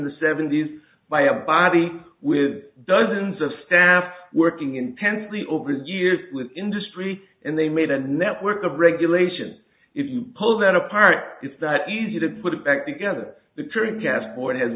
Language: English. the seventy's by a body with dozens of staff working intensely over the years with industry and they made a network of regulations if you pull that apart it's that easy to put it back together the current task board has